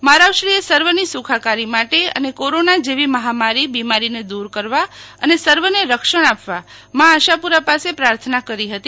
મહારાવશ્રી એ સર્વની સુખાકારી માટે અને કોરોના જેવી મહામારી બીમારીને દુર કરવા માટે અને સર્વને રક્ષણ આપવા મા આશાપુરા પાસે પ્રાર્થના કરી હતી